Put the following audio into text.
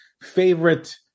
favorite